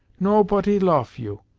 nopoty loaf you,